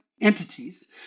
Entities